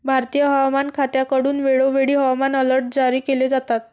भारतीय हवामान खात्याकडून वेळोवेळी हवामान अलर्ट जारी केले जातात